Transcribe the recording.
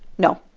no